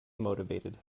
motivated